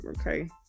okay